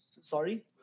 Sorry